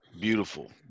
Beautiful